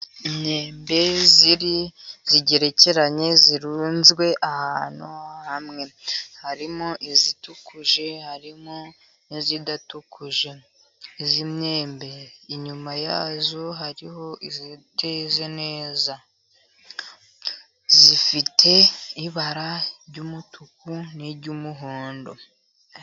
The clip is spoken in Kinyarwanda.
Imyembe igerekeranye irunzwe ahantu hamwe, harimo itukuje, harimo n' idatukuje; iyi myembe inyuma yayo hariho iteze neza, ifite ibara ry' umutuku niry' umuhondo.